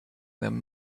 them